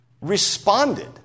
responded